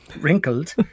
wrinkled